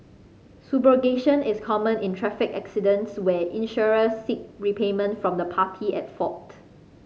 subrogation is common in traffic accidents where insurers seek repayment from the party at fault